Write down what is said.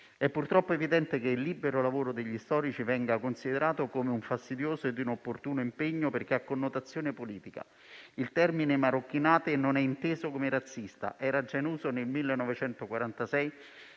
È purtroppo evidente che il libero lavoro degli storici venga considerato come un fastidioso e inopportuno impegno, perché ha connotazione politica. Il termine marocchinate non è inteso come razzista: era già in uso nel 1946,